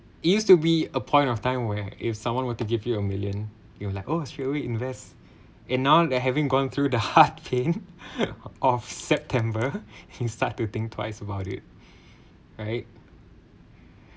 it used to be a point of time where if someone were to give you a million you'll like straight away invest and now they having gone through the heart pain of september he start to think twice about it right